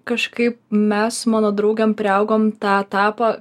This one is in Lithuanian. kažkaip mes su mano draugėm priaugom tą etapą